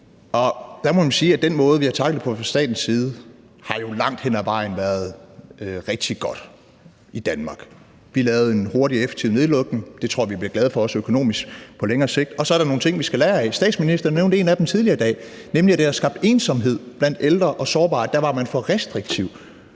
den måde, vi har tacklet det på fra statens side, jo langt hen ad vejen har været rigtig god i Danmark. Vi lavede en hurtig og effektiv nedlukning – det tror jeg vi også økonomisk bliver glade for på længere sigt. Og så er der nogle ting, vi skal lære af. Statsministeren nævnte en af dem tidligere i dag, nemlig at det har skabt ensomhed blandt ældre og sårbare. Der var man for restriktiv.